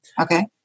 Okay